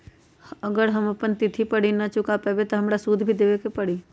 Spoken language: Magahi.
अगर हम अपना तिथि पर ऋण न चुका पायेबे त हमरा सूद भी देबे के परि?